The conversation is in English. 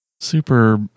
super